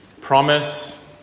Promise